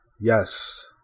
Yes